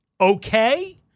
okay